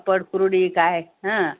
पड कुरडई काय हे